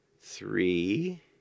three